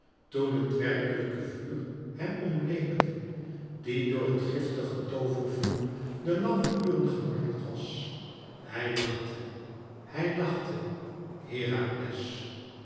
toen het werkelijke vuur hem omleekte die door het giftige toovervuur de lange uren gemarteld was hij lachte hij lachte herakles